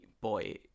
boy